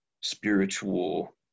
spiritual